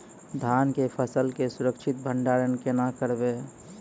धान के फसल के सुरक्षित भंडारण केना करबै?